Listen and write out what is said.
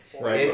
Right